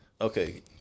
okay